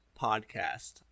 podcast